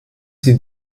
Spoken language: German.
sie